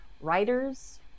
writers